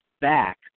back